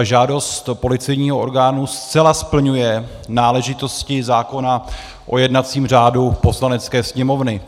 Žádost policejního orgánu zcela splňuje náležitosti zákona o jednacím řádu Poslanecké sněmovny.